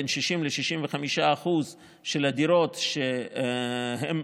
בין 60% ל-65% של הדירות שהם